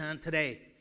today